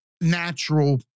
natural